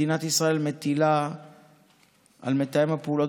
מדינת ישראל מטילה על מתאם הפעולות